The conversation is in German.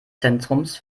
zentrums